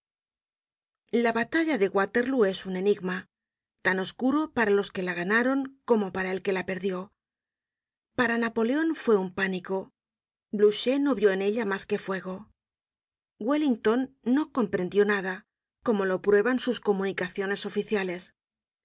batalla de waterlóo es un enigma tan oscuro para los que la ganaron como para el que la perdió para napoleon fue un pánico blucher no vió en ella mas que fuego wellington no comprendió nada como lo prueban sus comunicaciones oficiales